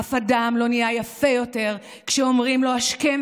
אף אדם לא נהיה יפה יותר כשאומרים לו השכם